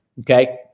okay